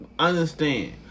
Understand